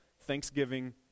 Thanksgiving